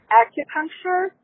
acupuncture